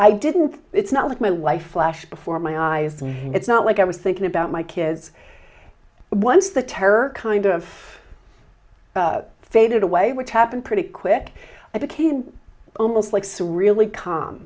i didn't it's not like my life flashed before my eyes it's not like i was thinking about my kids once the terror kind of faded away which happened pretty quick i became almost like so really calm